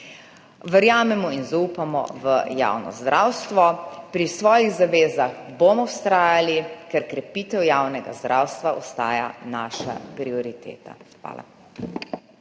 Verjamemo in zaupamo v javno zdravstvo. Pri svojih zavezah bomo vztrajali, ker krepitev javnega zdravstva ostaja naša prioriteta. Hvala.